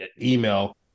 email